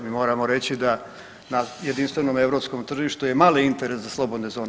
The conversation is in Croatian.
Mi moramo reći da na jedinstvenom europskom tržištu je mali interes za slobodne zone.